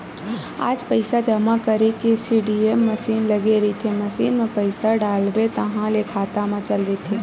आज पइसा जमा करे के सीडीएम मसीन लगे रहिथे, मसीन म पइसा ल डालबे ताहाँले खाता म चल देथे